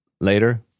later